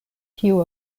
kiu